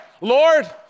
Lord